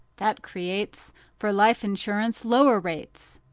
that creates for life insurance lower rates.